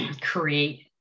create